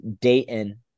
Dayton